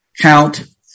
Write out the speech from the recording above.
count